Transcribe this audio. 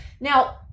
Now